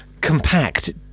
compact